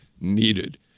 needed